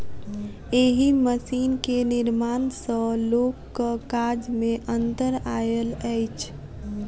एहि मशीन के निर्माण सॅ लोकक काज मे अन्तर आयल अछि